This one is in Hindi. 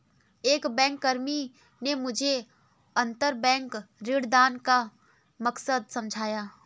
एक बैंककर्मी ने मुझे अंतरबैंक ऋणदान का मकसद समझाया